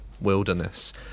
wilderness